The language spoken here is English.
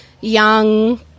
young